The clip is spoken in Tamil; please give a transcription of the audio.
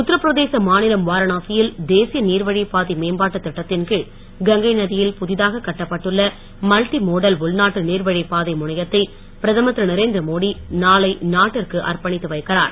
உத்தரபிரதேச மாநிலம் வாரணாசியில் தேசிய நீர்வழிப் பாதை மேம்பாட்டுத் திட்டத்தின் கீழ் கங்கை நதியில் புதிதாகக் கட்டப்பட்டுள்ள மல்டி மோடல் உள்நாட்டு நீர்வழிப் பாதை முனையத்தை பிரதமர் திரு நரேந்திரமோடி நாளை நாட்டிற்கு அர்ப்பணித்து வைக்கிறார்